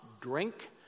drink